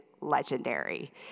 legendary